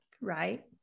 Right